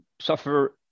suffer